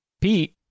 pete